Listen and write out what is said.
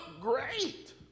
great